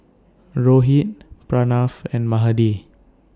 Rohit Pranav and Mahade